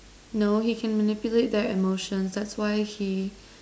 no he can manipulate their emotions that's why he